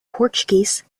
portuguese